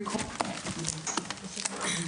הישיבה ננעלה בשעה 12:00.